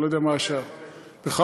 אני